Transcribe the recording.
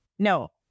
No